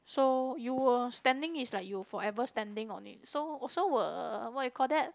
so you were standing is like you forever standing on it so so were uh what you call that